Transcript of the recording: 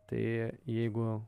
tai jeigu